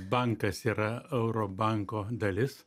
bankas yra euro banko dalis